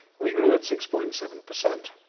we grew at six point seven percent.